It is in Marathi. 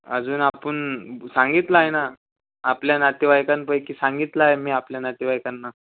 अजून आपण सांगितलं आहे ना आपल्या नातेवाईकांपैकी सांगितलं आहे मी आपल्या नातेवाईकांना